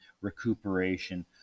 recuperation